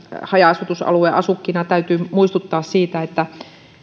haja asutusalueen asukkina täytyy muistuttaa siitä että